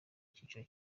cyiciro